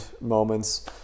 moments